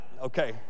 Okay